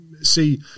see